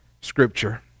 Scripture